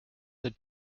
the